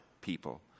people